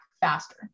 faster